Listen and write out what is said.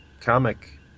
comic